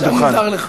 גם מותר לך.